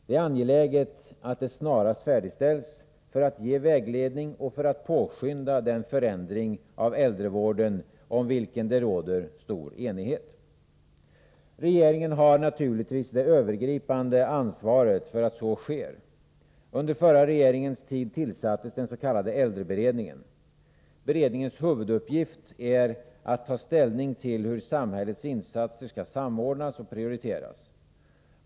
Det är angeläget att de snarast färdigställs för att ge vägledning och för att påskynda den förändring av äldrevården om vilken det råder stor enighet. Regeringen har naturligtvis det övergripande ansvaret för att så sker. Under den förra regeringens tid tillsattes den s.k. äldreberedningen. Beredningens huvuduppgift är att ta ställning till hur samhällets insatser skall samordnas och prioriteras.